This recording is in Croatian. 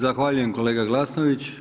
Zahvaljujem kolega Glasnović.